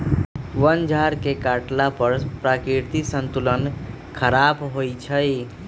वन झार के काटला पर प्राकृतिक संतुलन ख़राप होइ छइ